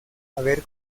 haber